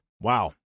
Wow